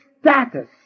status